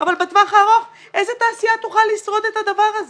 אבל בטווח הארוך איזו תעשייה תוכל לשרוד את הדבר הזה?